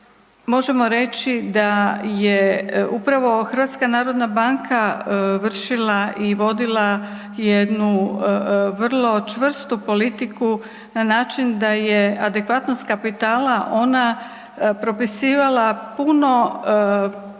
možemo reći da je upravo HNB vršila i vodila jednu vrlo čvrstu politiku na način da je adekvatno s kapitala ona propisivala puno,